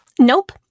Nope